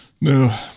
No